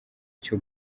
cyo